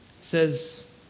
says